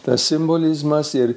tas simbolizmas ir